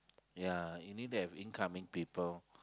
ya you need to have incoming people